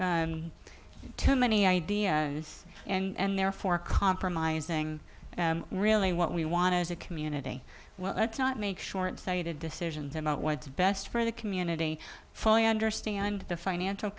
too many idea and therefore compromising really what we want as a community well let's not make short sighted decisions and i what's best for the community fully understand the financial